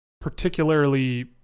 particularly